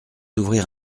d’ouvrir